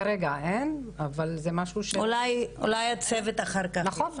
כרגע אין אבל זה משהו --- אולי הצוות אחר כך --- נכון,